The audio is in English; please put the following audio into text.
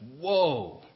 whoa